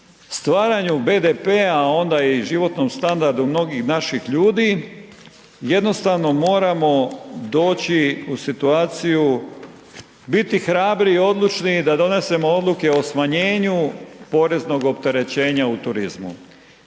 stvaranju BDP-a, onda i životnom standardu mnogih našim ljudi, jednostavno moramo doći u situaciju biti hrabri i odlučni da donesemo odluke o smanjenju poreznog opterećenja u turizmu.